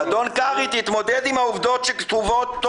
אדון קרעי, תתמודד טוב-טוב עם העובדות שכתובות,